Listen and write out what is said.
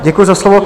Děkuji za slovo.